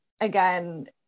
again